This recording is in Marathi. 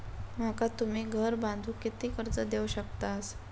माका तुम्ही घर बांधूक किती कर्ज देवू शकतास?